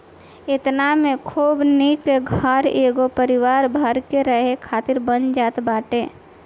एतना में खूब निक घर एगो परिवार भर के रहे खातिर बन जात बाटे